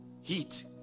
heat